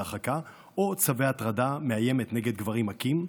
הרחקה או צווי הטרדה מאיימת נגד גברים מכים.